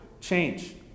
change